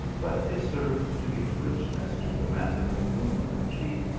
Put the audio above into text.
but it served to give rich ness to the mantling bloom of her cheek,